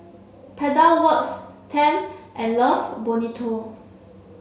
Pedal Works Tempt and Love Bonito